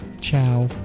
Ciao